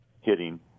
hitting